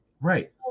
Right